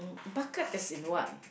bucket as in what